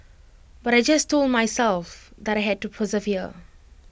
but I just told myself that I had to persevere